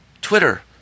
Twitter